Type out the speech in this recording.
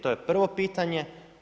To je prvo pitanje.